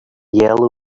yellow